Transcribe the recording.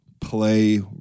play